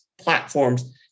platforms